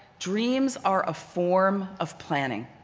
dreams are a form of planning.